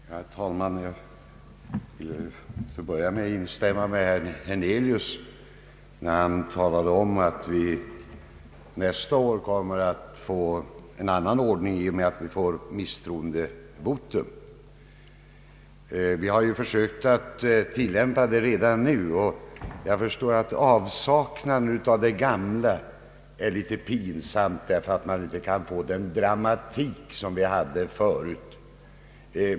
Herr talman! Jag vill till att börja med instämma med herr Hernelius när han talade om att det nästa år blir en annan ordning i och med att vi får möjlighet till misstroendevotum. Vi har försökt tillämpa detta redan nu, och jag förstår att avsaknaden av det gamla är litet pinsam därför att man inte får samma dramatik som förut.